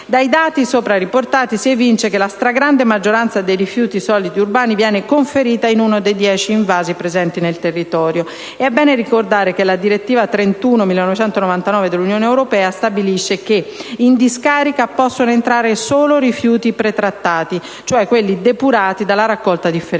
Dai dati sopra riportati si evince che la stragrande maggioranza dei rifiuti solidi urbani viene conferita in uno dei dieci invasi presenti nel territorio. È bene ricordare che la direttiva 1999/31/CE dell'Unione europea stabilisce che in discarica possono entrare solo rifiuti pretrattati, cioè quelli depurati dalla raccolta differenziata.